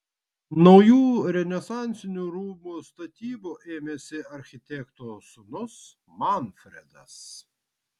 naujų renesansinių rūmų statybų ėmėsi architekto sūnus manfredas